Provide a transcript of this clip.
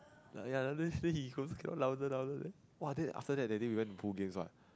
ya the next day he goes got louder louder leh !wah! then after that that day we went to pool games what